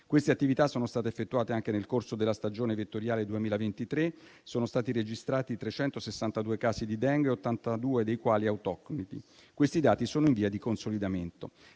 Queste attività sono state effettuate anche nel corso della stagione vettoriale 2023. Sono stati registrati 362 casi di Dengue, 82 dei quali autoctoni. Questi dati sono in via di consolidamento.